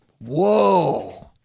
Whoa